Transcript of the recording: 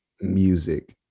music